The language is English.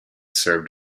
served